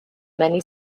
many